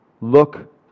look